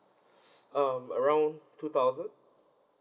um around two thousand